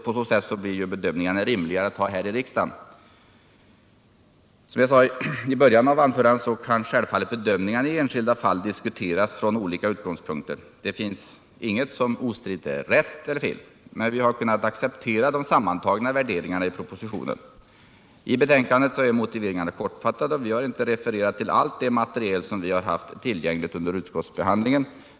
På så sätt blir bedömningarna rimligare att göra i riksdagen. Den fysiska Som jag sade i början av anförandet kan självfallet bedömningarna = riksplaneringen för i enskilda fall diskuteras från olika utgångspunkter — det finns inget som vattendrag i norra ostridigt är rätt eller fel. Men vi har kunnat acceptera de sammantagna Svealand och värderingarna i propositionen. I betänkandet är motiveringarna kortfat Norrland tade, och vi har inte refererat till allt material som vi har haft tillgängligt under utskottsbehandlingen.